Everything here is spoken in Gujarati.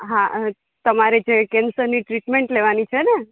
હા તમારે જે કેન્સરની ટ્રીટમેન્ટ લેવાની છે ને